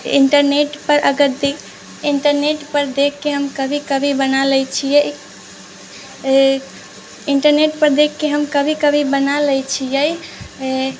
internet पर अगर दे इंटरनेट पर देख के हम कभी कभी बना लै छियै इंटरनेट पर देख के हम कभी कभी बना लै छियै